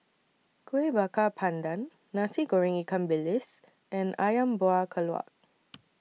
Kueh Bakar Pandan Nasi Goreng Ikan Bilis and Ayam Buah Keluak